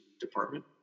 department